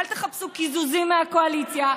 אל תחפשו קיזוזים מהקואליציה,